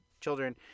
children